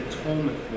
atonement